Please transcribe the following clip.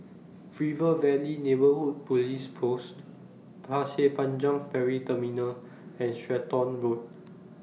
River Valley Neighbourhood Police Post Pasir Panjang Ferry Terminal and Stratton Road